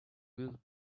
will